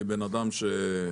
אני בן אדם זקן,